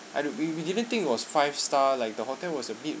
I di~ we we didn't think it was five star like the hotel was a bit